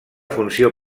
funció